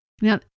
Now